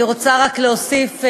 אני רוצה רק להוסיף,